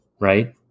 right